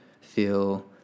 feel